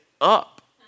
up